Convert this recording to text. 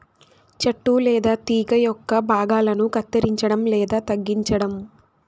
చెట్టు లేదా తీగ యొక్క భాగాలను కత్తిరించడం లేదా తగ్గించటం